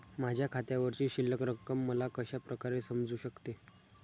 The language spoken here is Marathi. माझ्या खात्यावरची शिल्लक रक्कम मला कशा प्रकारे समजू शकते?